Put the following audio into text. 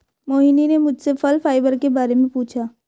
मोहिनी ने मुझसे फल फाइबर के बारे में पूछा